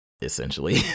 essentially